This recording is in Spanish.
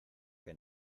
que